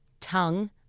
tongue